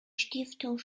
stiftung